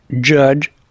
judge